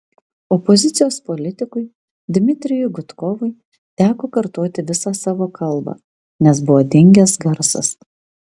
opozicijos politikui dmitrijui gudkovui teko kartoti visą savo kalbą nes buvo dingęs garsas